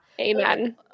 Amen